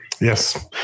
Yes